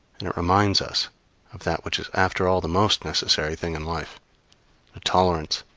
and it reminds us of that which is after all the most necessary thing in life the tolerance,